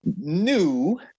new